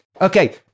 Okay